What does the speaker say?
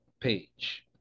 page